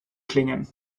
klingen